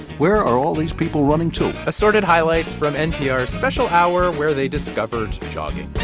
where are all these people running to. assorted highlights from npr's special hour where they discovered jogging